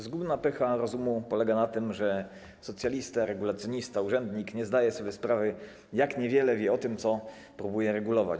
Zgubna pycha rozumu polega na tym, że socjalista, regulacjonista, urzędnik nie zdaje sobie sprawy, jak niewiele wie o tym, co próbuje regulować.